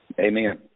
Amen